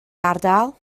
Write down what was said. ardal